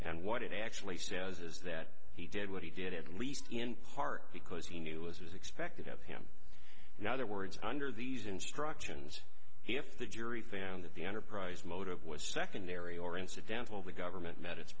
and what it actually says is that he did what he did at least in part because he knew it was expected of him in other words under these instructions if the jury found that the enterprise motive was secondary or incidental the government met it